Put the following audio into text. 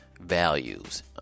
values